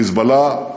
ה"חיזבאללה"